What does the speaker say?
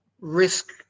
risk